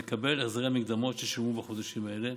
לקבל החזרי מקדמות ששולמו בחודשים האלה.